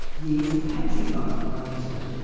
years of patsy's life have gone into it.